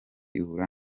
ihura